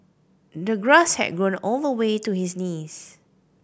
the grass had grown all the way to his knees